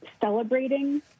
celebrating